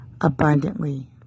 abundantly